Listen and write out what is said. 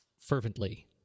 fervently